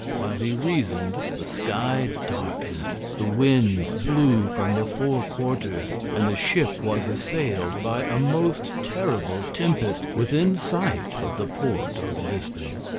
while he reasoned, the sky darkened, the winds blew from the four quarters, and the ship was assailed by a most terrible tempest within sight of the port of lisbon.